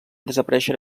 desaparèixer